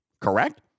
correct